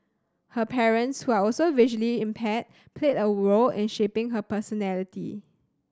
her parents who are also visually impaired played a role in shaping her personality